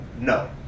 no